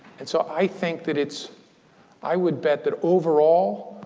and so i think that it's i would bet that, overall,